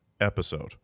episode